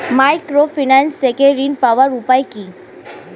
Microfinance থেকে ঋণ পাওয়ার উপায় কি?